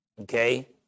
okay